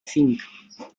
zinc